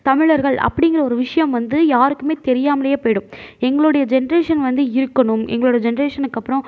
தமிழர்கள் அப்படிங்கிற ஒரு விஷயம் வந்து யாருக்குமே தெரியாமலே போய்விடும் எங்களுடைய ஜென்ரேஷன் வந்து இருக்கணும் எங்களுடைய ஜென்ரேஷனுக்கு அப்புறம்